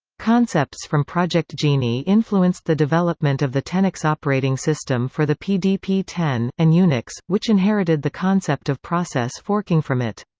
concepts from project genie influenced the development of the tenex operating system for the pdp ten, and unix, which inherited the concept of process forking from it.